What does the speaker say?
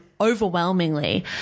overwhelmingly